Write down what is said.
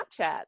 Snapchat